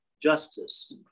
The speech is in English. justice